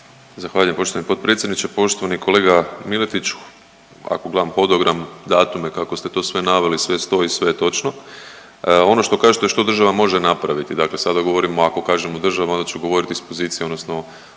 Zahvaljujem poštovani potpredsjedniče. Poštovani kolega Miletiću, ako gledam hodogram i datume kako ste to sve naveli, sve stoji, sve je točno. Ono što kažete što država može napraviti, dakle sada govorimo ako kažemo država onda ću govoriti iz pozicije odnosno